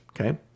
Okay